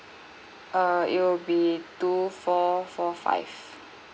uh it will be two four four five